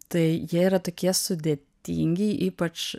tai jie yra tokie sudėtingi ypač